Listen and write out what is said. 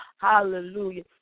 Hallelujah